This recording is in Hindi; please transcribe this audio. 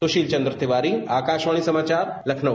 सुशील चन्द्र तिवारी आकाशवाणी समाचार लखनऊ